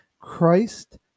Christ